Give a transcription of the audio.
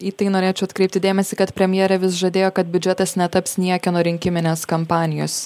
į tai norėčiau atkreipti dėmesį kad premjerė vis žadėjo kad biudžetas netaps niekieno rinkiminės kampanijos